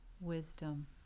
wisdom